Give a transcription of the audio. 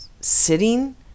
sitting